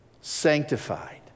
sanctified